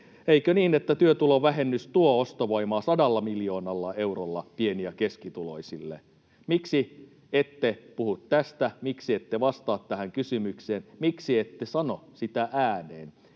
Eikö niin, että työtulovähennys tuo ostovoimaa 100 miljoonalla eurolla pieni- ja keskituloisille? Miksi ette puhu tästä, miksi ette vastaa tähän kysymykseen, miksi ette sano sitä ääneen?